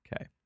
Okay